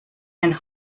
and